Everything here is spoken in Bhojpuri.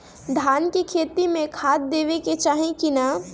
धान के खेती मे खाद देवे के चाही कि ना?